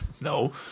no